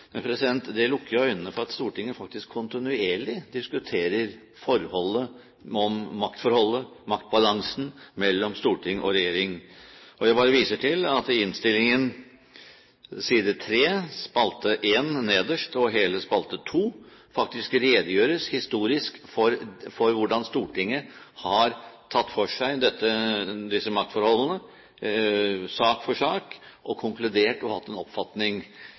Men det lukker jo øynene for at Stortinget faktisk kontinuerlig diskuterer maktforholdet og maktbalansen mellom storting og regjering. Jeg bare viser til at det i innstillingen faktisk redegjøres historisk for hvordan Stortinget har tatt for seg disse maktforholdene, sak for sak, konkludert og hatt en oppfatning. Også Fremskrittspartiet har deltatt i den prosessen på en